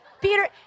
Peter